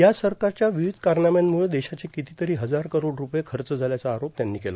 या सरकारच्या विविध कारनाम्यांमुळं देशाचे किती तरी हजार करोड रूपये खर्च झाल्याचा आरोप त्यांनी केला